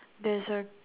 there's a